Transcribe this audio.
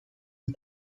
and